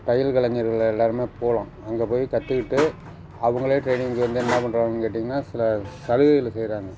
தையல் கலைஞர்கள் எல்லோருமே போனோம் அங்கே போய் கற்றுக்கிட்டு அவங்களே ட்ரெய்னிங் இங்கே வந்து என்ன பண்ணுறாங்கன்னு கேட்டிங்கன்னால் சில சலுகைகள் செய்கிறாங்க